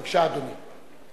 בבקשה, אדוני.